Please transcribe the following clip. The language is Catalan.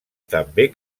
també